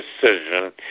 decision